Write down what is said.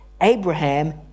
Abraham